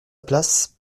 place